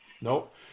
Nope